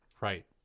Right